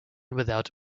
without